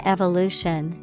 Evolution